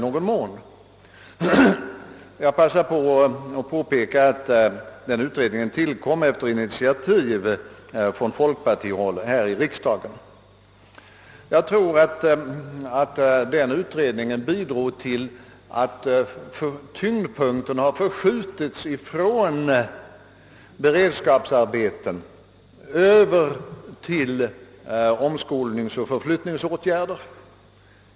Jag vill passa på att säga att den utredningen tillkom efter initiativ från folkpariihåll här i riksdagen. Enligt min mening bidrog den till att tyngdpunkten försköts från beredskapsarbeten till omskolningsoch förflyttningsåtgärder.